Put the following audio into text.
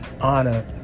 honor